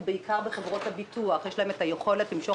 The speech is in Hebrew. ובעיקר בחברות הביטוח יש לחברות יכולת למשוך